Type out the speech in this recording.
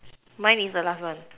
mine is the last one